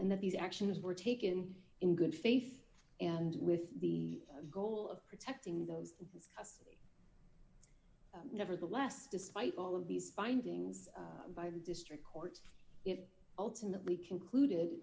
and that these actions were taken in good faith and with the goal of protecting those nevertheless despite all of these findings by the district court if ultimately concluded